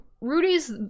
Rudy's